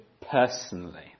personally